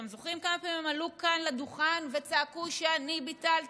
אתם זוכרים כמה פעמים הם עלו כאן לדוכן וצעקו שאני ביטלתי?